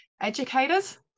educators